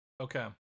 okay